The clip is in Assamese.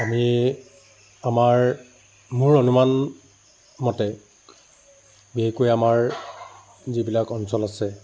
আমি আমাৰ মোৰ অনুমান মতে বিশেষকৈ আমাৰ যিবিলাক অঞ্চল আছে